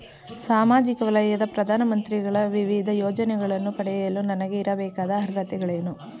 ಸಾಮಾಜಿಕ ವಲಯದ ಪ್ರಧಾನ ಮಂತ್ರಿಗಳ ವಿವಿಧ ಯೋಜನೆಗಳನ್ನು ಪಡೆಯಲು ನನಗೆ ಇರಬೇಕಾದ ಅರ್ಹತೆಗಳೇನು?